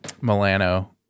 Milano